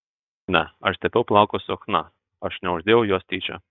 ne aš tepiau plaukus su chna aš neuždėjau jos tyčia